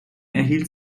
erhielt